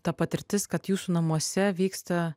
ta patirtis kad jūsų namuose vyksta